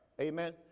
amen